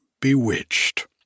bewitched